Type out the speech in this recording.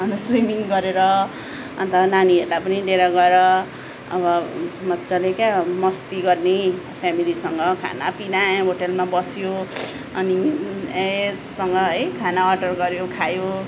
अन्त स्विमिङ गरेर अन्त नानीहरूलाई पनि लिएर गएर अब मज्जाले क्या मस्ती गर्ने फेमिलीसँग खानापिना होटेलमा बस्यो अनि एससँग है खाना अर्डर गऱ्यो खायो